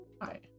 hi